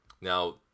Now